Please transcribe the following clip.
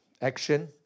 Action